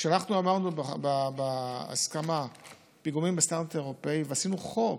כשאנחנו העברנו בהסכמה פיגומים בסטנדרט אירופי ועשינו חוק,